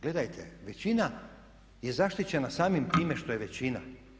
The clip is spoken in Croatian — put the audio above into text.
Gledajte većina je zaštićena samim time što je većina.